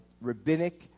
rabbinic